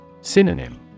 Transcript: Synonym